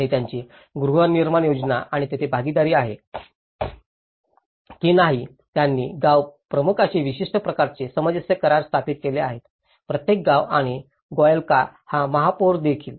आणि त्यांची गृहनिर्माण योजना आणि येथे भागीदारी आहे की त्यांनी गावप्रमुखांशी विशिष्ट प्रकारचे सामंजस्य करार स्थापित केले आहेत प्रत्येक गाव आणि गोल्याकाचा महापौर देखील